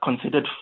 considered